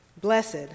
Blessed